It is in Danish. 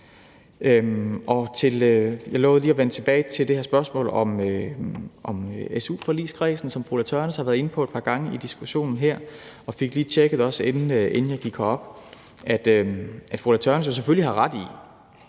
Jeg lovede at vende tilbage til det her spørgsmål om su-forligskredsen, som fru Ulla Tørnæs har været inde på et par gange i diskussionen her, og jeg fik det lige tjekket også, inden jeg gik herop. Fru Ulla Tørnæs har jo selvfølgelig ret i,